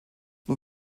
nur